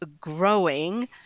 growing